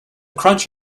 crunch